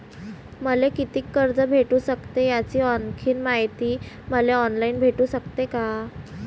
मले कितीक कर्ज भेटू सकते, याची आणखीन मायती मले ऑनलाईन भेटू सकते का?